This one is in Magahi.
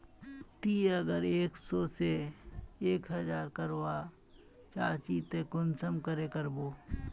ती अगर एक सो से एक हजार करवा चाँ चची ते कुंसम करे करबो?